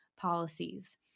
policies